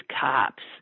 cops